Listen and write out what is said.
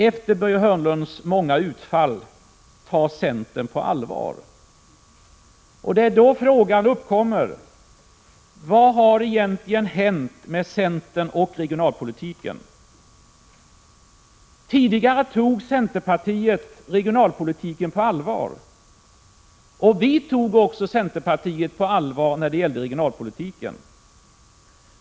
Efter Börje Hörnlunds många utfall har jag litet svårt att ta centern på allvar. Vad har egentligen hänt med centern och regionalpolitiken? Tidigare tog centerpartiet regionalpolitiken på allvar, och vi tog också centerpartiet på allvar när det gällde regionalpolitiken.